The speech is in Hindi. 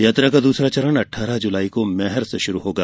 यात्रा का दूसरा चरण अठारह जूलाई को मैहर से शुरू होगा